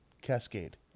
Cascade